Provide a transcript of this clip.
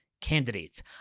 candidates